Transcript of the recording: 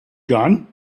gun